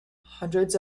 hundreds